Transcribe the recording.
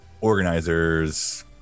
organizers